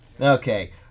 Okay